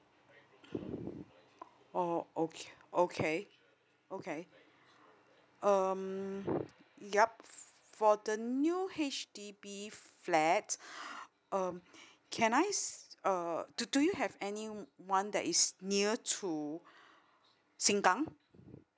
oh okay okay okay um yup for the new H_D_B flat um can I uh do do you have anyone that is near to sengkang